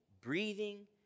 breathing